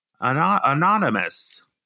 anonymous